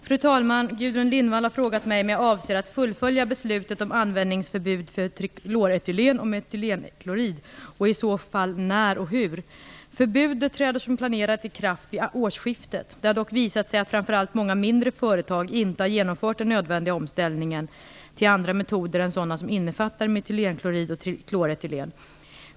Fru talman! Gudrun Lindvall har frågat mig om jag avser att fullfölja beslutet om användningsförbud för trikloretylen och metylenklorid och i så fall när och hur. Förbudet träder som planerat i kraft vid årsskiftet. Det har dock visat sig att framför allt många mindre företag inte har genomfört den nödvändiga omställningen till andra metoder än sådana som innefattar metylenklorid och trikloretylen.